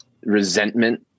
resentment